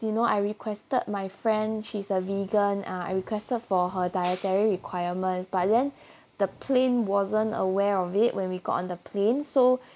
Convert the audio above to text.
you know I requested my friend she's a vegan uh I requested for her dietary requirements but then the plane wasn't aware of it when we got on the plane so